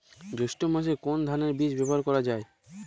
জৈষ্ঠ্য মাসে কোন ধানের বীজ ব্যবহার করা যায়?